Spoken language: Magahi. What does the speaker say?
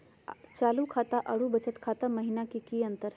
चालू खाता अरू बचत खाता महिना की अंतर हई?